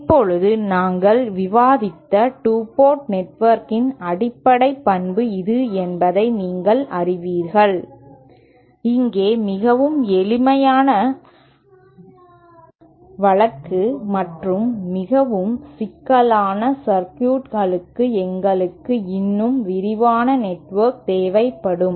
இப்போது நாங்கள் விவாதித்த 2 போர்ட் நெட்வொர்க்கின் அடிப்படை பண்பு இது என்பதை நீங்கள் அறிவீர்கள் இங்கே மிகவும் எளிமையான வழக்கு மற்றும் மிகவும் சிக்கலான சர்க்யூட்களுக்கு எங்களுக்கு இன்னும் விரிவான நெட்வொர்க் தேவைப்படும்